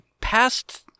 past